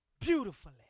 beautifully